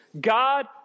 God